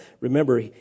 Remember